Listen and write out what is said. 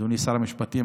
אדוני שר המשפטים,